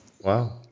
Wow